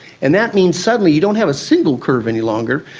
and that means suddenly you don't have a single curve any longer,